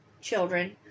children